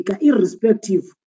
irrespective